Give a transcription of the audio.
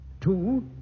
Two